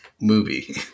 movie